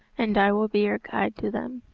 and i will be your guide to them.